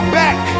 back